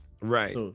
Right